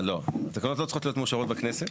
לא, התקנות לא צריכות להיות מאושרות בכנסת.